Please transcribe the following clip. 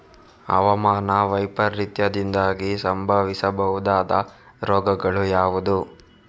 ಹವಾಮಾನ ವೈಪರೀತ್ಯದಿಂದಾಗಿ ಸಂಭವಿಸಬಹುದಾದ ರೋಗಗಳು ಯಾವುದು?